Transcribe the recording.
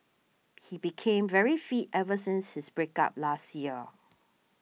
he became very fit ever since his break up last year